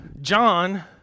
John